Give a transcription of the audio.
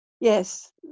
Yes